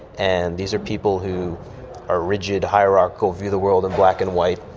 and these are people who are rigid, hierarchical, view the world in black and white,